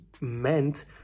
meant